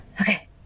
Okay